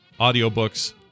audiobooks